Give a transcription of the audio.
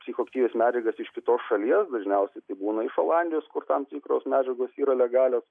psichoaktyvias medžiagas iš kitos šalies dažniausiai tai būna iš olandijos kur tam tikros medžiagos yra legalios